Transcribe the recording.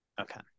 Okay